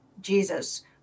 Jesus